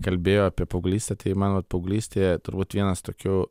kalbėjo apie paauglystę tai man vat paauglystėje turbūt vienas tokių